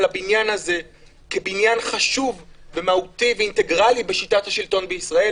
על הבניין הזה כבניין חשוב ומהותי ואינטגרלי בשיטת השלטון בישראל.